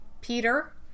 Peter